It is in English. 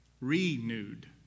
renewed